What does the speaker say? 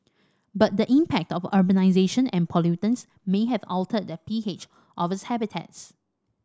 but the impact of urbanisation and pollutants may have altered the P H of its habitats